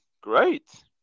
great